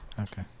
Okay